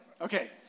Okay